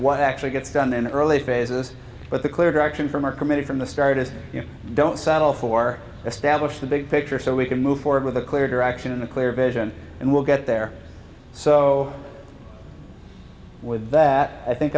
what actually gets done in the early phases but the clear direction from our committee from the start is you don't settle for established the big picture so we can move forward with a clear direction and a clear vision and we'll get there so with that i think